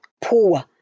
poor